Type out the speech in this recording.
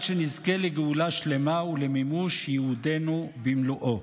שנזכה לגאולה שלמה ולמימוש ייעודנו במלואו.